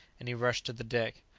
and he rushed to the deck.